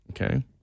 okay